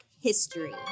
history